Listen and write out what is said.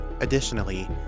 Additionally